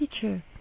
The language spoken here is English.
teacher